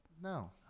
No